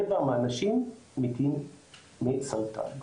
רבע מהאנשים מתים מסרטן.